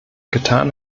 getan